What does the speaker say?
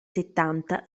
settanta